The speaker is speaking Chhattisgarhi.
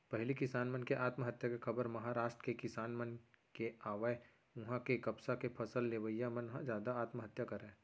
पहिली किसान मन के आत्महत्या के खबर महारास्ट के किसान मन के आवय उहां के कपसा के फसल लेवइया मन ह जादा आत्महत्या करय